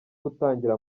gutangira